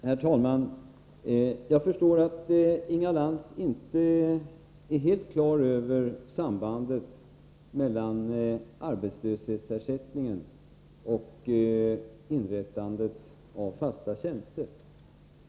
Herr talman! Jag förstår att Inga Lantz inte är helt klar över sambandet mellan arbetslöshetsersättningen och inrättandet av fasta tjänster.